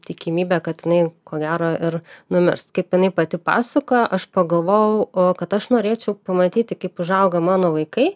tikimybė kad jinai ko gero ir numirs kaip jinai pati pasakojo aš pagalvojau o kad aš norėčiau pamatyti kaip užaugo mano vaikai